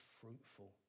fruitful